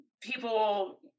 people